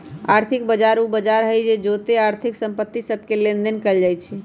आर्थिक बजार उ बजार होइ छइ जेत्ते आर्थिक संपत्ति सभके लेनदेन कएल जाइ छइ